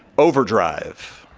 overdrive.